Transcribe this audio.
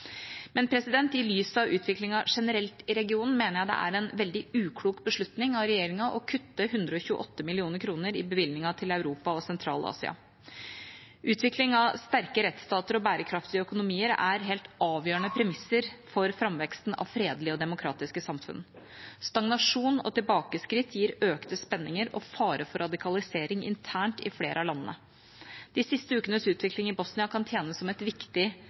Men i lys av utviklingen generelt i regionen mener jeg det er en veldig uklok beslutning av regjeringa å kutte 128 mill. kr i bevilgningen til Europa og Sentral-Asia. Utvikling av sterke rettsstater og bærekraftige økonomier er helt avgjørende premisser for framveksten av fredelige og demokratiske samfunn. Stagnasjon og tilbakeskritt gir økte spenninger og fare for radikalisering internt i flere av landene. De siste ukenes utvikling i Bosnia kan tjene som et viktig